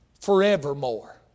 forevermore